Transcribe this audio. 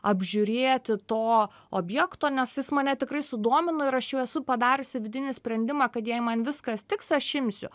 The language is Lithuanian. apžiūrėti to objekto nes jis mane tikrai sudomino ir aš jau esu padariusi vidinį sprendimą kad jei man viskas tiks aš imsiu